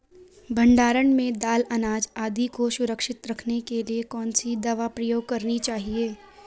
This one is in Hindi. भण्डारण में दाल अनाज आदि को सुरक्षित रखने के लिए कौन सी दवा प्रयोग करनी चाहिए?